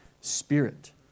spirit